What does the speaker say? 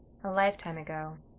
a lifetime ago.